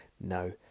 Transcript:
No